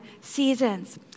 seasons